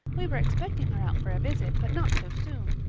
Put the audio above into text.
we were expecting her out for a visit, but not so soon.